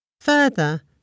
Further